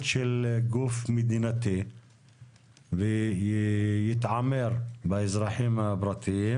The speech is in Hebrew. של גוף מדינתי ויתעמר באזרחים הפרטיים